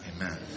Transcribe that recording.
Amen